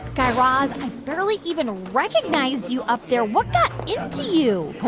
guy raz, i barely even recognized you up there. what got into you?